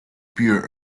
pure